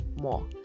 more